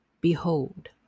Behold